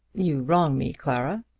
you wrong me, clara.